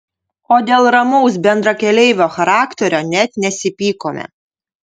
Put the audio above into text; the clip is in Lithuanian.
o dėl ramaus bendrakeleivio charakterio net nesipykome